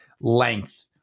Length